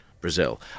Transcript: Brazil